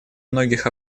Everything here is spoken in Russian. многих